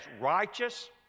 righteous